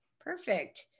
Perfect